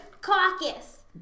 Caucus